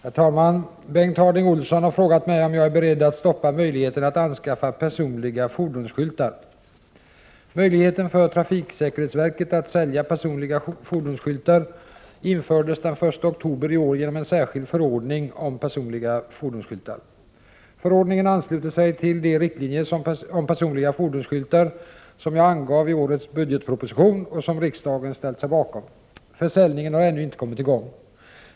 Herr talman! Bengt Harding Olson har frågat mig om jag är beredd att stoppa möjligheten att anskaffa personliga fordonsskyltar. Möjligheten för trafiksäkerhetsverket att sälja personliga fordonsskyltar infördes den 1 oktober i år genom en särskild förordning om personliga fordonsskyltar. Förordningen ansluter sig till de riktlinjer om personliga fordonsskyltar som jag angav i årets budgetproposition och som riksdagen ställt sig bakom. Försäljningen har ännu inte kommit i gång.